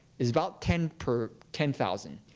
it's about ten per ten thousand.